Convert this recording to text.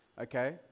okay